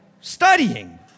studying